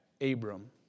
Abram